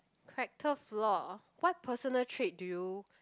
character flaw what personal trait do you